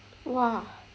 !wah!